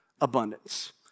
abundance